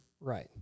Right